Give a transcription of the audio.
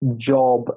job